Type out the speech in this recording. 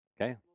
Okay